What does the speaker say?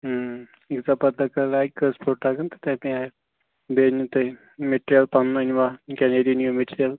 یِیٖژاہ پَتہٕ لٔکٕر لَگہِ کٔژھ فُٹ لَگن تہِ تمے آیہِ بیٚیہِ أنِو تُہۍ مٹیٖریل پَنُن أنوا کِنہٕ یٔتی نیُو مٹیٖریل